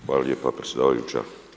Hvala lijepa predsjedavajuća.